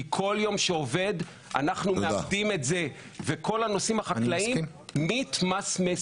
כי כל יום שעובר אנחנו מאבדים את זה וכל הנושאים החקלאיים מתמסמסים.